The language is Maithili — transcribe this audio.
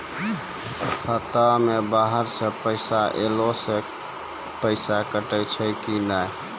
खाता मे बाहर से पैसा ऐलो से पैसा कटै छै कि नै?